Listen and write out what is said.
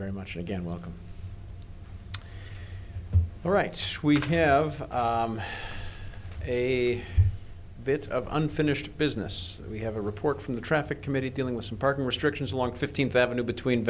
very much again welcome all rights we have a bit of unfinished business we have a report from the traffic committee dealing with some parking restrictions along fifteenth avenue between